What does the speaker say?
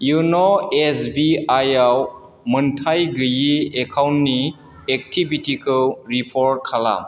यन' S B I आव मोनथाय गैयि एकाउन्टनि एक्टिभिटिखौ रिपर्ट खालाम